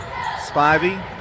Spivey